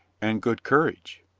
and good courage.